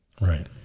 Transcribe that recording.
Right